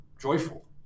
joyful